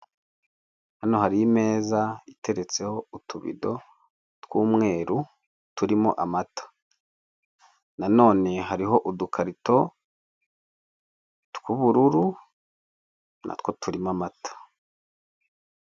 Hano hari imeza iteretseho utubido tw'umweru turimo amata. Nanone hariho udukarito tw'ubururu natwo turimo amata.